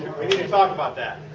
we need to talk about that.